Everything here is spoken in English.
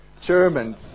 Germans